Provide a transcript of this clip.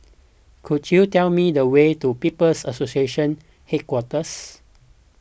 could you tell me the way to People's Association Headquarters